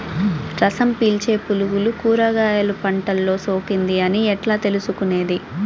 రసం పీల్చే పులుగులు కూరగాయలు పంటలో సోకింది అని ఎట్లా తెలుసుకునేది?